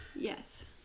Yes